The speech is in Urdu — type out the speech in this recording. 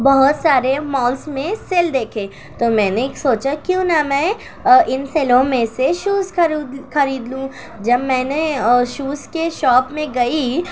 بہت سارے مالس میں سیل دیکھے تو میں نے سوچا کیوں نہ میں ان سیلوں میں سے شوز خرید لوں جب میں نے شوز کے شاپ میں گئی